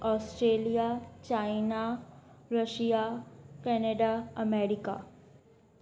Australia China Russia Canada America